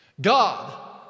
God